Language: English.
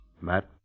Matt